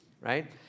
right